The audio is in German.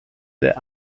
der